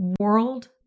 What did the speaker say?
world